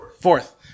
Fourth